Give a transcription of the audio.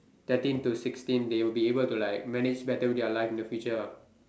thirteen to sixteen they would be able to like manage better with their life in the future lah